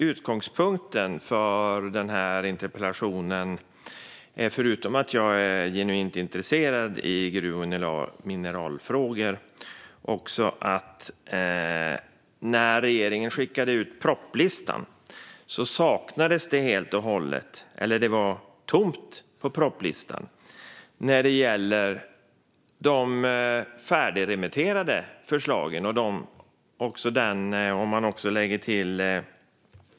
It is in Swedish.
Utgångspunkten för den här interpellationen är, förutom att jag är genuint intresserad av gruv och mineralfrågor, att det var helt tomt i propositionslistan från regeringen när det gäller de färdigremitterade förslagen och utredningen om strategiska mineral.